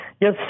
Yes